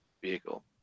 vehicle